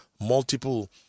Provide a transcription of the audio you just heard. multiple